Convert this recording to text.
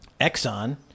Exxon